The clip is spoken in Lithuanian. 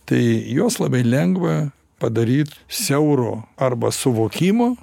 tai juos labai lengva padaryt siauro arba suvokimo